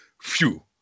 Phew